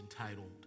entitled